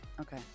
Okay